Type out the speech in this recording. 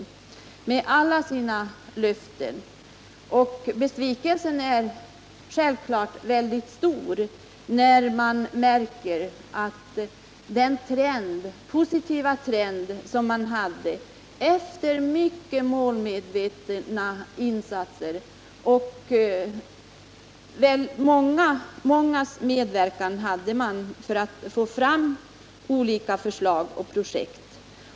En positiv utveckling hade kommit i gång efter mycket målmedvetna insatser, där många hade medverkat för att få fram olika förslag och projekt.